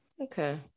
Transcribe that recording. Okay